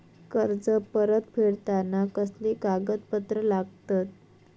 कर्ज परत फेडताना कसले कागदपत्र लागतत?